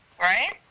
right